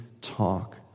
talk